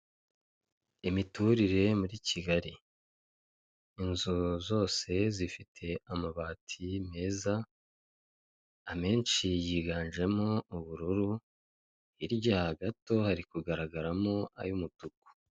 Imiturire muri Kigali, inzu zose zifite amabati meza, amenshi yiganjemo ubururu, hirya gato hari kugaragaramo ay'umutuku.